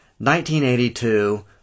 1982